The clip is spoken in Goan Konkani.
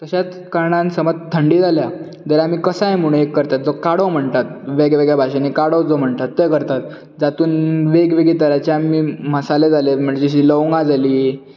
तशेंच कारणान समज थंडी जाल्या जाल्यार आमी कसाय म्हणून एक करतात जो काडो म्हणटात वेगळ्यावेगळ्या भाशांनी काडो जो म्हणटात तें करतात जातूंत वेगळेवेगळे तरांचे आमी मसाले जाले म्हणजे लवंगां जालीं